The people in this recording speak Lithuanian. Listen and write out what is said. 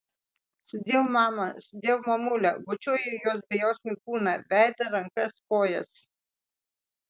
sudiev mama sudiev mamule bučiuoju jos bejausmį kūną veidą rankas kojas